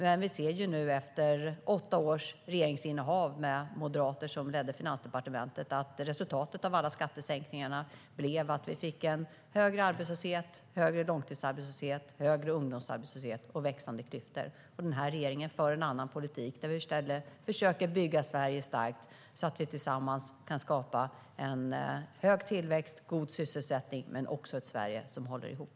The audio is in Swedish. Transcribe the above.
Men efter åtta års regeringsinnehav med moderater som ledde Finansdepartementet blev resultatet av alla skattesänkningar högre arbetslöshet, högre långtidsarbetslöshet, högre ungdomsarbetslöshet och växande klyftor. Denna regering för en annan politik och försöker bygga Sverige starkt så att vi tillsammans kan skapa hög tillväxt, god sysselsättning och ett Sverige som håller ihop.